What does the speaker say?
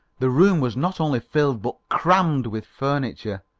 the room was not only filled, but crammed, with furniture.